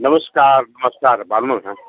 नमस्कार नमस्कार भन्नुहोस्